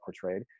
portrayed